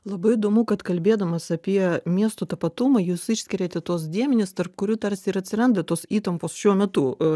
labai įdomu kad kalbėdamas apie miesto tapatumą jūs išskiriate tuos dėmenis tarp kurių tarsi ir atsiranda tos įtampos šiuo metu